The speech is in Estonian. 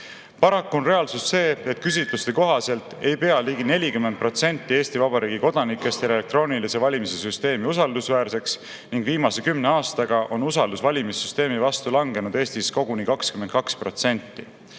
on reaalsus see, et küsitluste kohaselt ei pea ligi 40% Eesti Vabariigi kodanikest elektroonilise valimise süsteemi usaldusväärseks ning viimase kümne aastaga on usaldus valimissüsteemi vastu langenud Eestis koguni 22%.